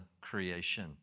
creation